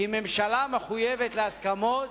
כי ממשלה מחויבת להסכמות,